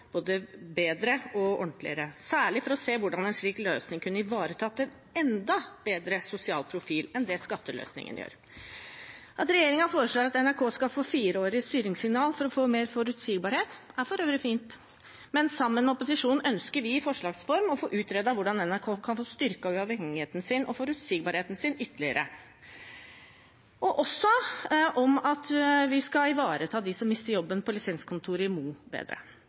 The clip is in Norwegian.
både bedre og mer ordentlig, særlig for å se hvordan en slik løsning kunne ivaretatt en enda bedre sosial profil enn det skatteløsningen gjør. At regjeringen foreslår at NRK skal få fireårige styringssignal for å få mer forutsigbarhet, er for øvrig fint, men i opposisjonen ønsker vi i forslags form å få utredet hvordan NRK kan få styrket uavhengigheten og forutsigbarheten sin ytterligere, og også at vi skal ivareta dem som mister jobben ved lisenskontoret i Mo i Rana, bedre.